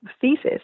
thesis